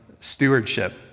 stewardship